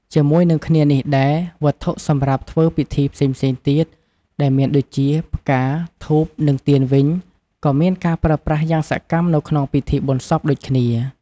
ជាមួយនឹងគ្នានេះដែរ វត្ថុសម្រាប់ធ្វើពិធីផ្សេងៗទៀត ដែលមានដូចជា ផ្កា ធូប និងទៀនវិញ ក៏មានការប្រើប្រាស់យ៉ាងសកម្មនៅក្នុងពិធីបុណ្យសពដូចគ្នា។